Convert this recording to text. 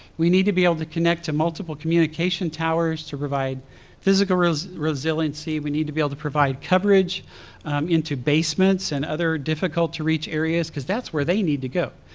we need to be able to connect to multiple communication towers to provide physical resiliency. we need to be able to provide coverage into basements and other difficult-to-reach areas cause that's where they need to go.